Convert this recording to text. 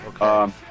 okay